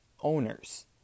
owners